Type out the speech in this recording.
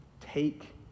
take